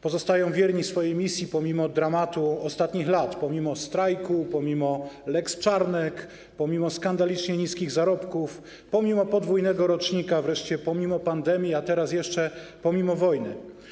Pozostają wierni swojej misji pomimo dramatu ostatnich lat, pomimo strajku, pomimo lex Czarnek, pomimo skandalicznie niskich zarobków, pomimo podwójnego rocznika, wreszcie pomimo pandemii, a teraz jeszcze pomimo wojny.